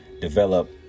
develop